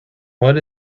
what